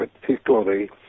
particularly